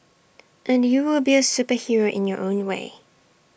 and you will be A superhero in your own way